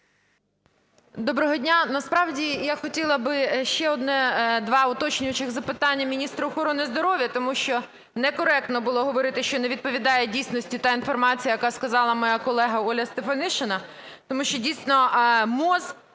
Доброго дня! Насправді я хотіла би ще одне, два уточнюючих запитання міністру охорони здоров'я, тому що некоректно було говорити, що не відповідає дійсності та інформація, яку сказала моя колега Оля Стефанишина. Тому що дійсно МОЗ